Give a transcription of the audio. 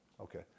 Okay